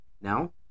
now